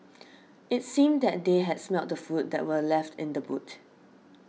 it seemed that they had smelt the food that were left in the boot